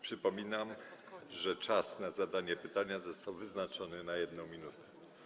Przypominam, że czas na zadanie pytania został wyznaczony na 1 minutę.